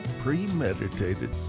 premeditated